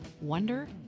wonder